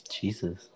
Jesus